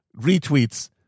retweets